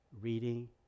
reading